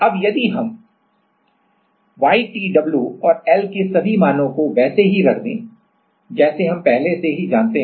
अब यदि हम YtW और L के सभी मानों को वैसे ही रख दें जैसे हम पहले से ही जानते हैं